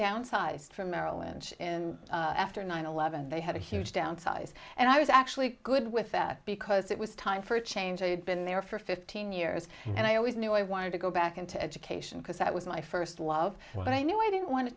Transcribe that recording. downsized from merrill lynch in after nine eleven they had a huge downsize and i was actually good with that because it was time for change i had been there for fifteen years and i always knew i wanted to go back into education because that was my first love what i knew i didn't want to